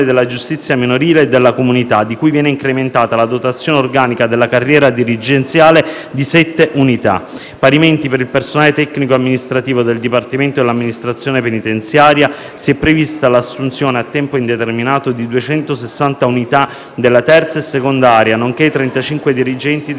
per giustizia minorile e di comunità di cui viene incrementata la dotazione organica della carriera dirigenziale di sette unità. Parimenti, per il personale tecnico-amministrativo del dipartimento dell'amministrazione penitenziaria, si è prevista l'assunzione a tempo indeterminato di 260 unità della terza e seconda area, nonché di 35 dirigenti di